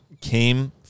came